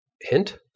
Hint